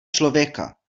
člověka